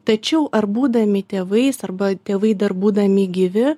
tačiau ar būdami tėvais arba tėvai dar būdami gyvi